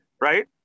right